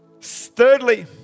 Thirdly